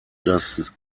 das